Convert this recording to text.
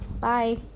Bye